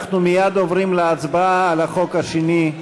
אנחנו מייד עוברים להצבעה על החוק השני,